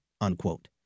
unquote